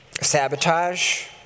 sabotage